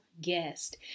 guest